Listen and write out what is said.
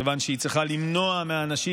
כיוון שהיא צריכה למנוע מהאנשים,